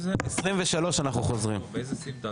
10:27.) אני מחדש את הדיון.